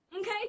Okay